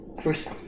first